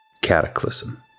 Cataclysm